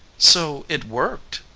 so it worked?